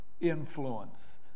influence